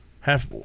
half